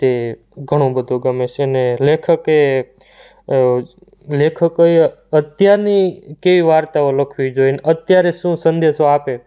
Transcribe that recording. તે ઘણું બધું ગમે છે ને લેખકે લેખકો એ અત્યારની કેવી વાર્તાઓ લખવી જોઈએ અને અત્યારે શું સંદેશો આપે